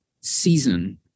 season